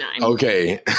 Okay